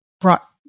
brought